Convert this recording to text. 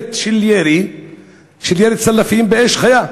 מוצדקת של ירי צלפים באש חיה.